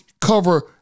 cover